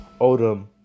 Odom